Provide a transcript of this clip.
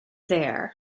there